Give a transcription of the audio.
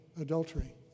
adultery